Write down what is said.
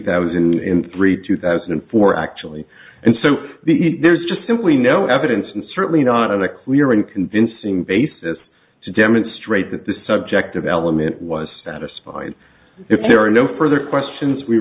thousand and three two thousand and four actually and so there's just simply no evidence and certainly not a clear and convincing basis to demonstrate that the subjective element was satisfied if there are no further questions we